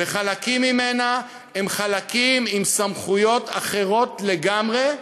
וחלקים ממנה הם חלקים עם סמכויות אחרות לגמרי,